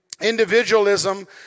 Individualism